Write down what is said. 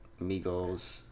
Migos